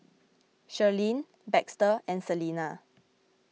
Shirleen Baxter and Celena